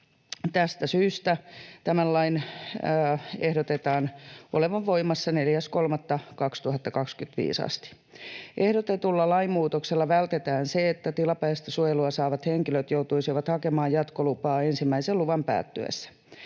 Tästä syystä tämän lain ehdotetaan olevan voimassa 4.3.2025 asti. Ehdotetulla lainmuutoksella vältetään se, että tilapäistä suojelua saavat henkilöt joutuisivat hakemaan jatkolupaa ensimmäisen luvan päättyessä.